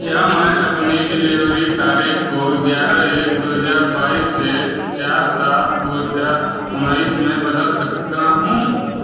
क्या मैं अपनी डिलेवरी तारीख को ग्यारह एक दो हजार बाईस से चार सात दो हजार उन्नीस में बदल सकता हूँ